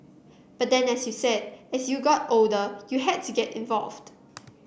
but then as you said as you got older you had to get involved